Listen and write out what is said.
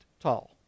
tall